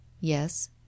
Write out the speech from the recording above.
yes